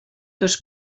dos